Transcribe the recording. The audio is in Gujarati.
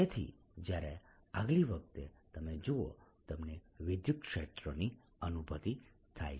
જેથી જયારે આગલી વખતે તમે જુઓ તમને વિદ્યુતક્ષેત્રની અનુભૂતિ થાય